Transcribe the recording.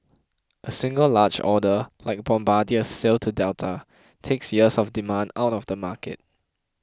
a single large order like Bombardier's sale to Delta takes years of demand out of the market